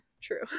True